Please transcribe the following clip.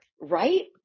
Right